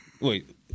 Wait